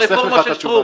ברפורמה של שטרום.